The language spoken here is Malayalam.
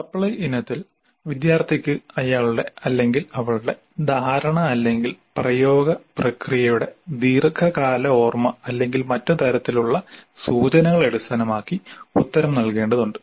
സപ്ലൈ ഇനത്തിൽ വിദ്യാർത്ഥിക്ക് അയാളുടെ അല്ലെങ്കിൽ അവളുടെ ധാരണ അല്ലെങ്കിൽ പ്രയോഗ പ്രക്രിയയുടെ ദീർഘകാല ഓർമ അല്ലെങ്കിൽ മറ്റ് തരത്തിലുള്ള സൂചനകൾ അടിസ്ഥാനമാക്കി ഉത്തരം നൽകേണ്ടതുണ്ട്